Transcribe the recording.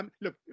Look